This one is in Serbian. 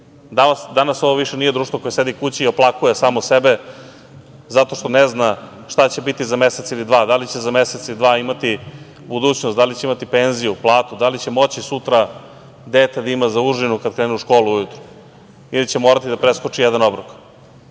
Danas ovo više nije društvo koje sedi kući i oplakuje samo sebe zato što ne zna šta će biti za mesec ili dva, da li će za mesec ili dva imati budućnost, da li će imati penziju, platu, da li će moći sutra dete da ima za užinu kada krene u školu ujutru ili će morati da preskoči jedan obrok. Danas